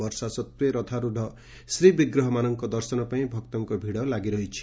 ବର୍ଷା ସତ୍ତ୍ େ ରଥାରୂଢ ଶ୍ରୀବିଗ୍ରହମାନଙ୍କ ଦର୍ଶନ ପାଇଁ ଭକ୍ତଙ୍କ ଭିଡ ଲାଗିରହିଛି